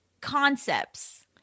Concepts